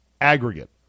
aggregate